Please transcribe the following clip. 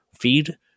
Feed